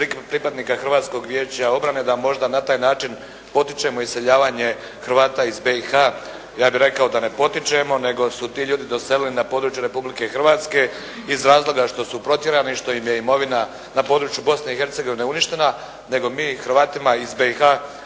pripadnika Hrvatskog vijeća obrane da možda na taj način potičemo iseljavanje Hrvata iz BiH. Ja bih rekao da ne potičemo nego su ti ljudi doselili na područje Republike Hrvatske iz razloga što su protjerani i što im je imovina na području Bosne i Hercegovine uništena nego mi Hrvatima iz BiH